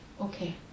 Okay